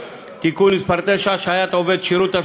(תיקון מס' 9) (השעיית עובד שירות),